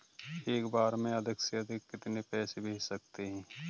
एक बार में अधिक से अधिक कितने पैसे भेज सकते हैं?